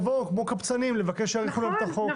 שיבואו כמו קבצנים לבקש שיאריכו להם את החוק.